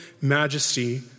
majesty